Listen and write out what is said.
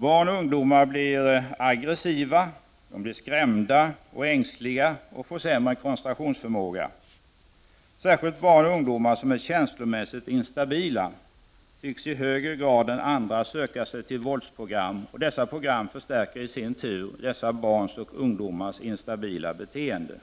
Barn och ungdomar blir aggressiva, skrämda och ängsliga och får sämre koncentrationsförmåga. Särskilt barn och ungdomar som är känslomässigt instabila tycks i högre grad än andra söka sig till våldsprogram, och dessa program förstärker i sin tur dessa barns och ungdomars instabila beteende.